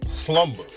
slumber